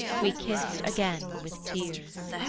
we kissed again with tears.